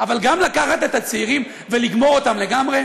אבל גם לקחת את הצעירים ולגמור אותם לגמרי?